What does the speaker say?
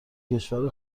کشور